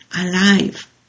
alive